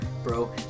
bro